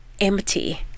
empty